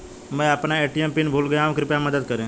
मैं अपना ATM PIN भूल गया हूँ कृपया मदद करें